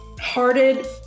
hearted